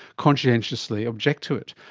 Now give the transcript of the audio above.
conscientiously object to it.